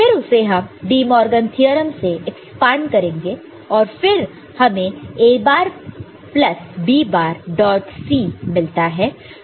फिर उसे हम डिमॉर्गन थ्योरम से एक्सपांड करेंगे और फिर हमें A bar plus B bar dot C मिलता है